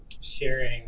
sharing